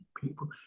people